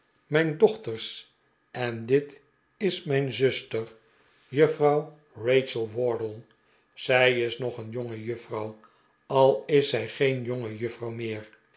mijn dochters en dit is mijn zuster juffrouw rachel wardle zij is nog een jongejuffrouw al is zij geen jonge juffrouw meer